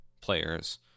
players